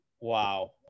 Wow